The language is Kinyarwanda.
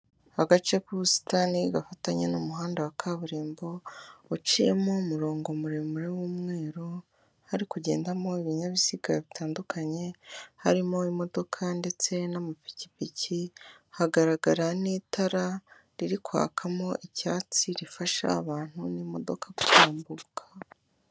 Agace k'ubusitani gafatanye n'umuhanda wa kaburimbo, uciyemo umurongo muremure w'umweru, hari kugendamo ibinyabiziga bitandukanye, harimo imodoka ndetse n'amapikipiki, hagaragara n'itara riri kwakamo icyatsi rifasha abantu n'imodoka kutambuka.